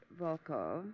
Volkov